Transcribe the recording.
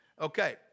Okay